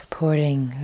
Supporting